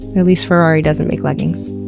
at least ferrari doesn't make leggings.